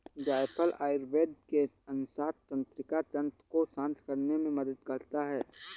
जायफल आयुर्वेद के अनुसार तंत्रिका तंत्र को शांत करने में मदद करता है